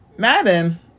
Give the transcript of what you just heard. Madden